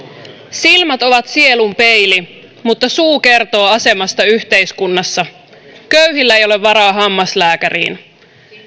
silmät ovat sielun peili mutta suu kertoo asemasta yhteiskunnassa köyhillä ei ole varaa hammaslääkäriin